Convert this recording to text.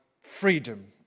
freedom